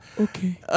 Okay